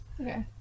Okay